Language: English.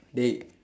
dey